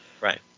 Right